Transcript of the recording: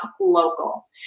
local